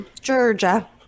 Georgia